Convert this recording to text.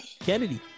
kennedy